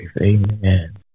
Amen